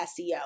SEO